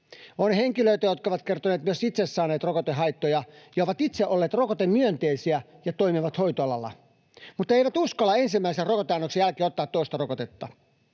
On henkilöitä, jotka ovat kertoneet myös itse saaneensa rokotehaittoja ja ovat itse olleet rokotemyönteisiä ja toimivat hoitoalalla mutta eivät uskalla ensimmäisen rokoteannoksen jälkeen ottaa toista rokotetta.